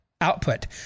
output